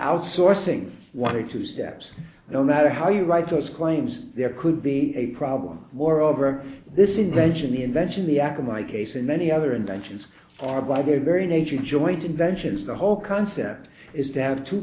outsourcing wanted to steps no matter how you like those claims there could be a problem war over this invention the invention the akamai case and many other inventions are by their very nature joint inventions the whole concept is to have two